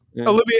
Olivia